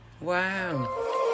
Wow